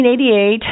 1988